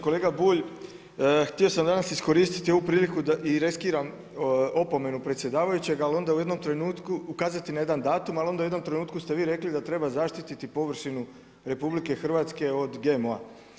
Kolega Bulj, htio sam danas iskoristiti ovu priliku da riskiram opomenu predsjedavajućega, ali onda u jednom trenutku ukazati na jedan datum, ali onda u jednom trenutku ste vi rekli, da treba zaštiti površinu RH od GMO-a.